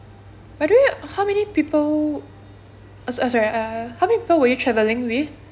by the way how many people uh sorry sorry uh how many people were you travelling with